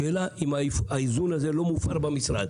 השאלה אם האיזון הזה לא מופר במשרד.